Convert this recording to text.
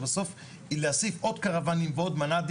שבסוף להשיג עוד קרוואנים ועוד מבנים